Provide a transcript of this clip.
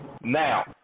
now